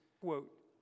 quote